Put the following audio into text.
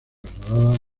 trasladada